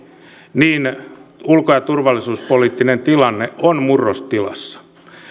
niin ulko ja turvallisuuspoliittinen tilanne on murrostilassa